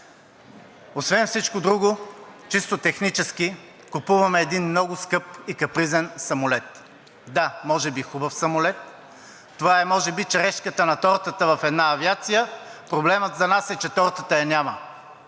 Освен всичко друго чисто технически купуваме един много скъп и капризен самолет. Да, може би хубав самолет. Това е може би черешката на тортата в една авиация, проблемът за нас е, че тортата я няма.